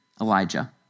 Elijah